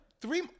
three